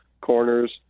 corners